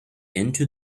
into